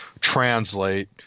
translate